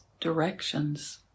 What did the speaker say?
directions